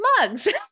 mugs